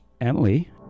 Emily